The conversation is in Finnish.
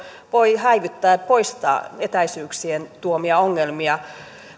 voi häivyttää ja poistaa etäisyyksien tuomia ongelmia